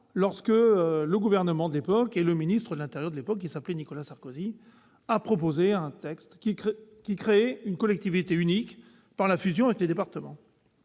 lorsque le gouvernement de l'époque- le ministre de l'intérieur s'appelait alors Nicolas Sarkozy -a proposé un texte qui créait une collectivité unique par fusion des départements.